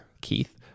Keith